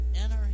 enter